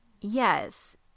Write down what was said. Yes